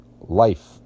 life